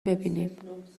ببینیم